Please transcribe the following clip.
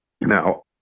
Now